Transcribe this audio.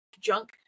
junk